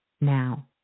now